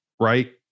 right